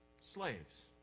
slaves